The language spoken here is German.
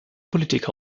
politik